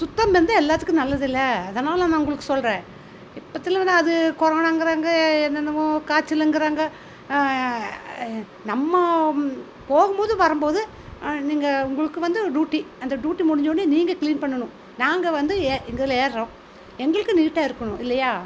சுத்தம் வந்து எல்லாத்துக்கும் நல்லதுல்லயா அதனால் நான் உங்களுக்கு சொல்கிறேன் இப்பத்தில அது கொரோனாங்கிறாங்க என்னென்னமோ காய்ச்சலுங்கிறாங்க நம்ம போகும் போது வரும்போது நீங்கள் உங்களுக்கு வந்து டூட்டி அந்த டூட்டி முடிஞ்சவொடனே நீங்கள் க்ளீன் பண்ணணும் நாங்கள் வந்து எங்கள் இதில் ஏர்றோம் எங்களுக்கு நீட்டாக இருக்கணும் இல்லையா